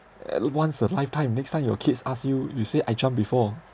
uh once a lifetime next time your kids ask you you say I jump before